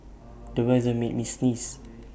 the weather made me sneeze